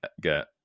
get